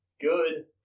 Good